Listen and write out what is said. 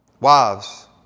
Wives